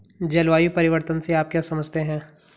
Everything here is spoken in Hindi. जलवायु परिवर्तन से आप क्या समझते हैं?